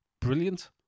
brilliant